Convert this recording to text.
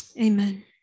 Amen